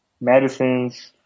medicines